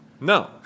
no